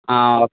ആ ഓക്കെ